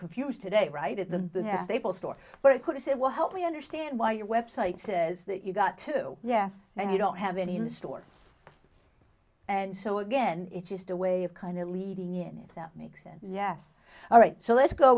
confused today right at the have stable store but of course it will help me understand why your website says that you got to yes and you don't have any in the store and so again it's just a way of kind of leading in if that makes sense yes all right so let's go